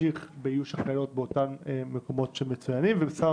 להמשיך באיוש באותם מקומות שצוינו ומשרד